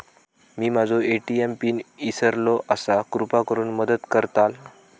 मी माझो ATM PIN इसरलो आसा कृपा करुन मदत करताल